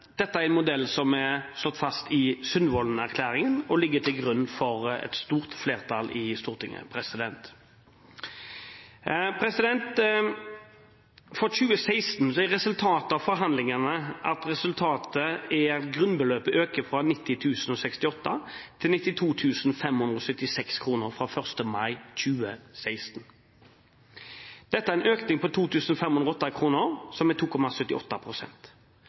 Dette er en modell som er slått fast i Sundvolden-erklæringen og ligger til grunn for et stort flertall i Stortinget. For 2016 er resultatet av forhandlingene at grunnbeløpet øker fra 90 068 kr til 92 576 kr fra 1. mai 2016. Dette er en økning på 2 508 kr, som